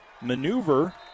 maneuver